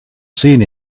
seen